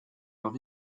leurs